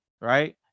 Right